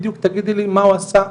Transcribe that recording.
בדיוק תגידי לי מה הוא עשה,